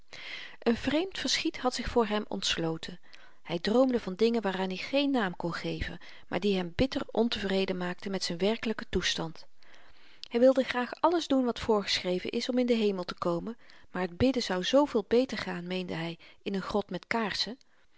een vreemd verschiet had zich voor hem ontsloten hy droomde van dingen waaraan i geen naam kon geven maar die hem bitter ontevreden maakten met z'n werkelyken toestand hy wilde graag alles doen wat voorgeschreven is om in den hemel te komen maar t bidden zou zooveel beter gaan meende hy in n grot met kaarsen